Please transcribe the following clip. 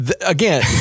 again